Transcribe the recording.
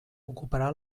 ocuparà